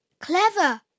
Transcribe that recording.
Clever